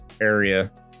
area